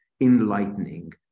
enlightening